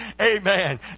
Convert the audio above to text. Amen